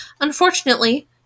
Unfortunately